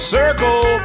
Circle